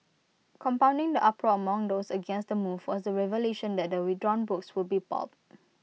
compounding the uproar among those against the move was the revelation that the withdrawn books would be pulped